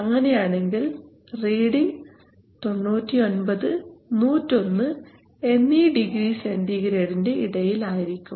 അങ്ങനെ ആണെങ്കിൽ റീഡിംഗ് 99 101എന്നീ ഡിഗ്രി സെൻറിഗ്രേഡിന്റെ ഇടയിലായിരിക്കും